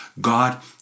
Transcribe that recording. God